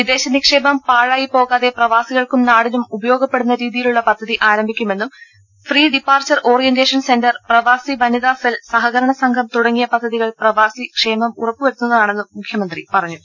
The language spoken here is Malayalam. വിദേശ നിക്ഷേപം പാഴായി പോകാതെ പ്രവാസികൾക്കും നാടിനും ഉപയോഗപ്പെടുന്ന രീതി യിലുള്ള പദ്ധതി ആരംഭിക്കുമെന്നും pre departure orientation centre പ്രവാസി വനിതാ സെൽ സഹകരണ സംഘം തുടങ്ങിയ പദ്ധതികൾ പ്രവാസി ക്ഷേമം ഉറപ്പുവരുത്തുന്നതാ ണെന്നും മുഖ്യമന്ത്രി പറഞ്ഞു